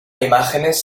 imágenes